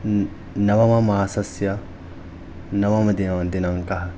नवममासस्य नवमदिनाङ् दिनाङ्कः